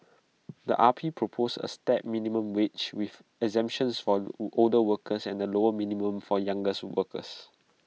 the R P proposed A stepped minimum wage with exemptions for older workers and A lower minimum for workers